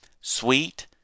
Sweet